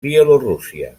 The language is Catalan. bielorússia